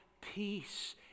peace